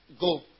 go